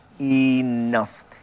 enough